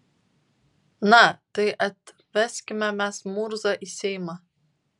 na tai atveskime mes murzą į seimą